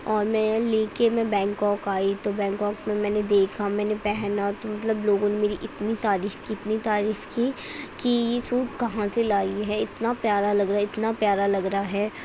اور میں لے کے میں بینکاک آئی تو بینکاک میں میں نے دیکھا میں نے پہنا تو مطلب لوگوں نے میری اتنی تعریف کی اتنی تعریف کی کہ یہ سوٹ کہاں سے لائی ہے اتنا پیارا لگ رہا ہے اتنا پیارا لگ رہا ہے